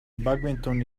badminton